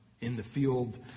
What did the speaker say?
in-the-field